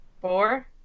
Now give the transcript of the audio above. four